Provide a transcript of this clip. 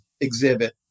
exhibit